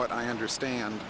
what i understand